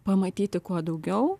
pamatyti kuo daugiau